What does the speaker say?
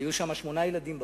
היו שם שמונה ילדים בבית.